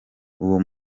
uwo